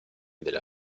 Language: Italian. della